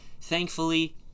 thankfully